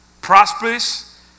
prosperous